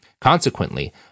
Consequently